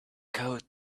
coat